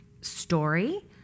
story